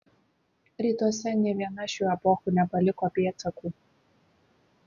rytuose nė viena šių epochų nepaliko pėdsakų